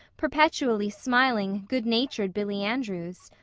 perpetually smiling, good-natured billy andrews.